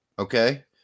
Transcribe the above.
Okay